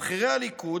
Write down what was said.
מבכירי הליכוד,